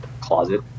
closet